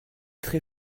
très